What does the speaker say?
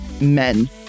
men